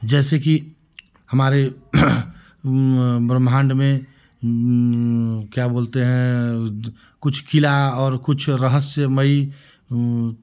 जैसे कि हमारे ब्रह्माण्ड में वह क्या बोलते हैं कुछ किला और कुछ रहस्यमयी वह